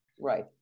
Right